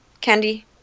candy